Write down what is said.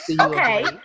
Okay